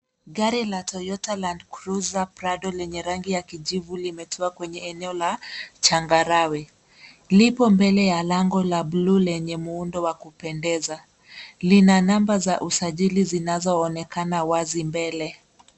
Gari la Toyota LandCruiser Prado lenye rangi ya kijivu limetua kwenye eneo la changarawe, lipo mbele ya lango la bluu lenye muundo wa kupendeza, lina number za usajili zinazoonekana wazi mbele.